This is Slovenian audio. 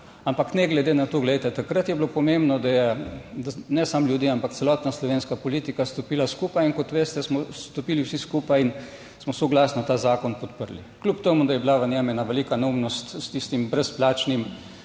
ampak ne glede na to. Glejte, takrat je bilo pomembno, da je ne samo ljudje, ampak celotna slovenska politika stopila skupaj in kot veste, smo stopili vsi skupaj in smo soglasno ta zakon podprli, kljub temu, da je bila v njem ena velika neumnost s tistim brezplačnim